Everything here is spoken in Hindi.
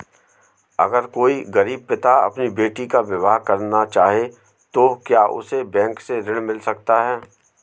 अगर कोई गरीब पिता अपनी बेटी का विवाह करना चाहे तो क्या उसे बैंक से ऋण मिल सकता है?